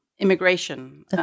Immigration